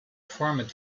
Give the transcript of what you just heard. formed